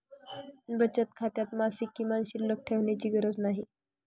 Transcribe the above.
बचत खात्यात मासिक किमान शिल्लक ठेवण्याची गरज नाही